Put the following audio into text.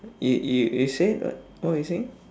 you you you say what what were you saying